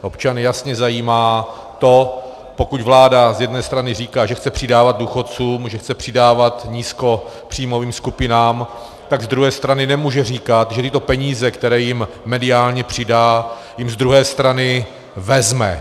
Občany jasně zajímá to, pokud vláda z jedné strany říká, že chce přidávat důchodcům, že chce přidávat nízkopříjmovým skupinám, tak z druhé strany nemůže říkat, že tyto peníze, které jim mediálně přidá, jim z druhé strany vezme.